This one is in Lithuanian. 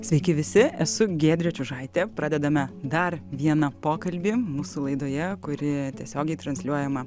sveiki visi esu giedrė čiužaitė pradedame dar vieną pokalbį mūsų laidoje kuri tiesiogiai transliuojama